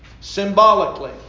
symbolically